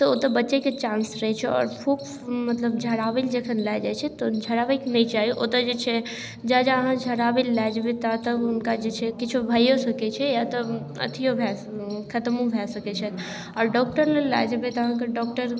तऽ ओतऽ बचैके चान्स रहै छै आओर फूँक मतलब झराबैलए जखन लऽ जाए छै तऽ झराबैके नहि चाही ओतऽ जे छै जा जा अहाँ झराबैलए ताबत तक हुनका जे छै किछु भइओ सकै छै या तऽ अथिओ भऽ सकैए खतमो भऽ सकै छथि आओर डॉक्टरलग लऽ जेबै तऽ अहाँके डॉक्टर